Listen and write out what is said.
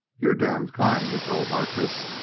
you're damned kind, he told harkness,